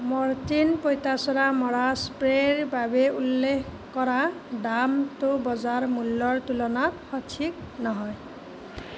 Mortein পঁইতাচৰা মৰা স্প্ৰে'ৰ বাবে উল্লেখ কৰা দামটো বজাৰ মূল্যৰ তুলনাত সঠিক নহয়